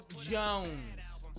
Jones